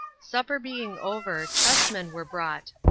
supper being over chessmen were brought,